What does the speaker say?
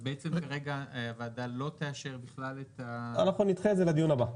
כרגע הוועדה לא תאשר בכלל את ה --- נדחה את זה לדיון הבא.